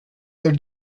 their